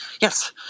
Yes